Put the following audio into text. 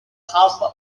hub